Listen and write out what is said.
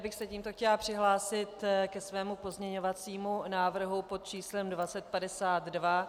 Já bych se tímto chtěla přihlásit ke svému pozměňovacímu návrhu pod číslem 2052.